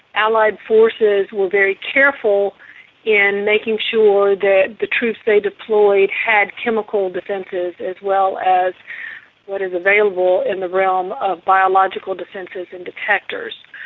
allied forces were very careful in making sure that the troops they deployed had chemical defences as well as what is available in the realm of biological defences and detectors.